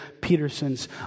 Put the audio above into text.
Peterson's